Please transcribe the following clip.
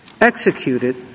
executed